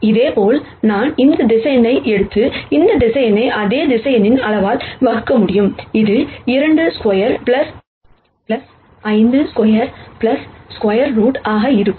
இதேபோல் நான் இந்த வெக்டர்ஸ் எடுத்து இந்த மக்னிடுய்டு அதே வெக்டர்ஸ் அளவால் வகுக்க முடியும் இது 2 ஸ்கொயர் 5 ஸ்கொயர் 2 ஸ்கொயர் ரூட்ஆக இருக்கும்